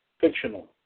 fictional